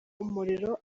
umuriro